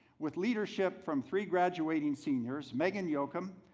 with leadership from three graduating seniors meghan yocum,